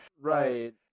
Right